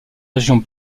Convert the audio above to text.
régions